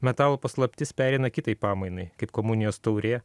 metalo paslaptis pereina kitai pamainai kaip komunijos taurė